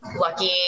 lucky